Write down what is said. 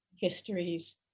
histories